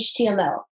HTML